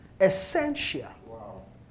essential